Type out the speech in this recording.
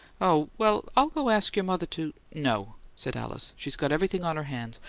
oh, well i'll go ask your mother to no, said alice. she's got everything on her hands.